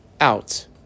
out